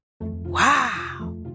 wow